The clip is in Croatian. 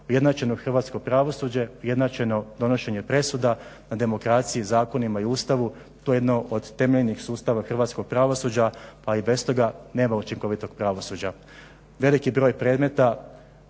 ujednačeno hrvatsko pravosuđe, ujednačeno donošenje presuda, na demokraciji, zakonima i Ustavu, to je jedno od temeljnih sustava hrvatskog pravosuđa, a i bez toga nema učinkovitog pravosuđa. Veliki broj predmeta